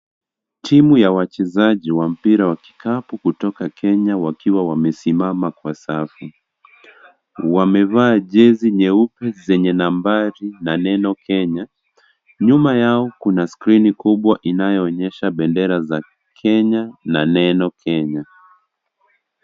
Timu ya wachezaji wa mpira wa kikapu kutoka Kenya wakiwa wamesimama kwa safu, wamevaa jezi nyeupe, zenye nambari, na neno Kenya, nyuma yao kuna skrini kubwa inayo onyesha bendera za, Kenya, na neno Kenya.